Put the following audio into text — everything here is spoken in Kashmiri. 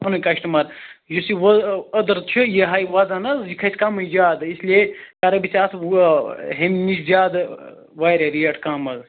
پنُن کسٹمر یُس یہِ أدٕر چھِ یہِ ہایہِ وَزن حظ یہِ کھژِ کمٕے زیادٕ اِس لیے کَرے بہٕ ژےٚ اَتھ ہیٚمہِ نِش زیادٕ وارِیاہ ریٹ کَم حظ